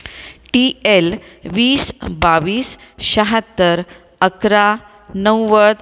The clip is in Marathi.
ती एल वीस बावीस शहात्तर अकरा नव्वद